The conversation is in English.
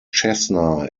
cessna